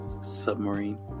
submarine